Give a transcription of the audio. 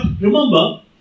remember